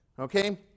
Okay